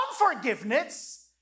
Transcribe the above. unforgiveness